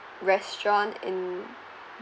restaurant in